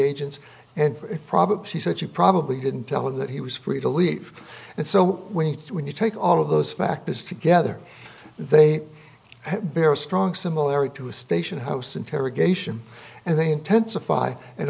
probably she said she probably didn't tell him that he was free to leave and so when you when you take all of those factors together they bear a strong similarity to a station house interrogation and they intensify and